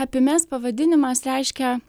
hapimes pavadinimas reiškia